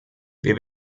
wir